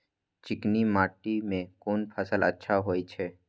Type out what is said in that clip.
चिकनी माटी में कोन फसल अच्छा होय छे?